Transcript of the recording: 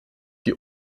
die